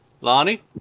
Lonnie